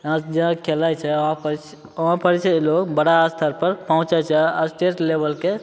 जेना खेलै छै वहाँ पर छै लोग बड़ा स्तर पर पहुँचै छै स्टेट लेबलके